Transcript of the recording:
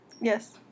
Yes